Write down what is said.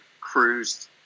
cruised